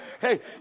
hey